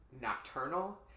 nocturnal